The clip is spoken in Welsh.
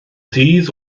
ddydd